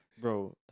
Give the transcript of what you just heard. Bro